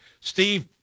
Steve